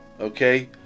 okay